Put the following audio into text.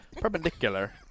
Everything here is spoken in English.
Perpendicular